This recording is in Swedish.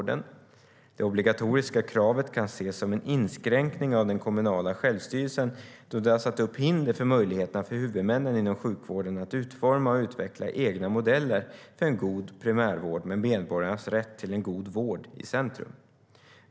Det obligatoriska kravet kan ses som en inskränkning av det kommunala självstyret, då det har satt upp hinder för möjligheterna för huvudmännen inom sjukvården att utforma och utveckla egna modeller för en god primärvård med medborgarnas rätt till en god vård i centrum.